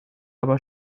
aber